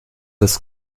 das